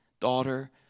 daughter